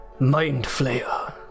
Mindflayer